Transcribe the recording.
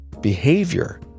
Behavior